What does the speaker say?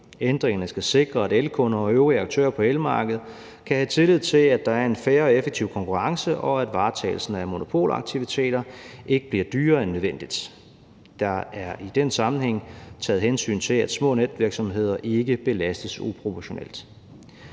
Ændringerne skal sikre, at elkunder og øvrige aktører på elmarkedet kan have tillid til, at der er en fair og effektiv konkurrence, og at varetagelsen af monopolaktiviteter ikke bliver dyrere end nødvendigt. Der er i den sammenhæng taget hensyn til, at små netvirksomheder ikke belastes uproportionalt.